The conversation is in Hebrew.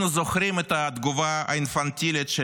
אנחנו זוכרים את התגובה האינפנטילית של